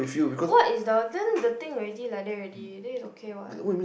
what is the then the thing is already like that already then is okay what